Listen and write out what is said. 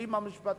הפלפולים המשפטיים,